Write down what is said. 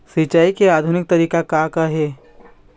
सिचाई के आधुनिक तरीका का का हे?